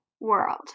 world